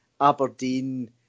Aberdeen